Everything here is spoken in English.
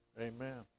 Amen